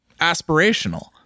aspirational